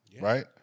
right